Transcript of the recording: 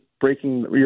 breaking